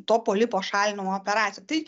to polipo šalinimo operacijos tai